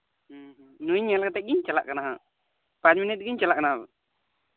ᱱᱩᱭ ᱧᱮᱞ ᱠᱟᱛᱮᱜ ᱜᱤᱧ ᱪᱟᱞᱟᱜ ᱠᱟᱱᱟ ᱦᱟᱜ ᱯᱟᱸᱪ ᱢᱤᱱᱤᱴ ᱜᱤᱧ ᱪᱟᱞᱟᱜ ᱠᱟᱱᱟ